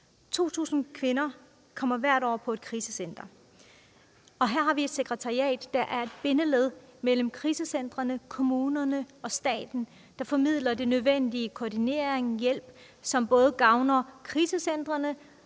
2.000 kvinder kommer hvert år på et krisecenter. Og her har vi et sekretariat, der er bindeled mellem krisecentrene, kommunerne og staten og formidler den nødvendige koordinering og hjælp, og som både gavner krisecentrene